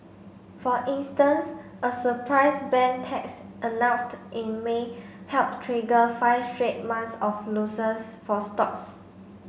for instance a surprise bank tax announced in May helped trigger five straight months of loses for stocks